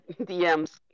DMs